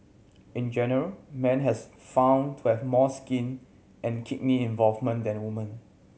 in general men has found to have more skin and kidney involvement than women